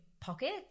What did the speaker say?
pockets